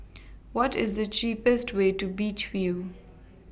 What IS The cheapest Way to Beach View